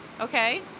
Okay